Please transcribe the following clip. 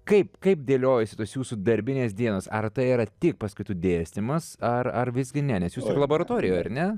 kaip kaip dėliojasi tos jūsų darbinės dienos ar tai yra tik paskaitų dėstymas ar ar visgi ne nes jūs ir laboratorijoj ar ne